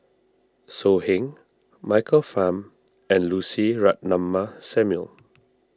So Heng Michael Fam and Lucy Ratnammah Samuel